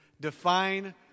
define